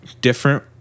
different